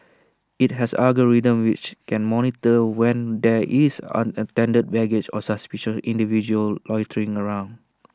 IT has algorithms which can monitor when there is unattended baggage or suspicious individuals loitering around